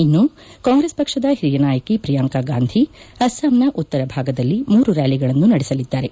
ಇನ್ನು ಕಾಂಗ್ರೆಸ್ ಪಕ್ಷದ ಹಿರಿಯ ನಾಯಕಿ ಪ್ರಿಯಾಂಕ ಗಾಂಧಿ ಅಸ್ಪಾಂನ ಉತ್ತರ ಭಾಗದಲ್ಲಿ ಮೂರು ರ್ಯಾಲಿಗಳನ್ನು ನಡೆಸಲಿದ್ದಾರೆ